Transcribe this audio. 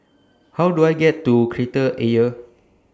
How Do I get to Kreta Ayer